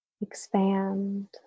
expand